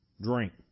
Drink